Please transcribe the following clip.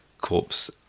corpse